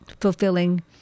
fulfilling